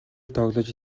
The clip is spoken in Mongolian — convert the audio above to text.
тоглож